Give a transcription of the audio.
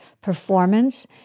performance